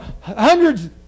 hundreds